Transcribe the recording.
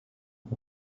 top